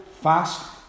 fast